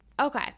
okay